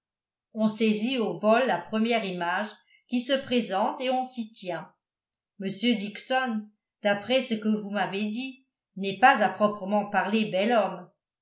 on saisit au vol la première image qui se présente et on s'y tient m dixon d'après ce que vous m'avez dit n'est pas à proprement parler bel homme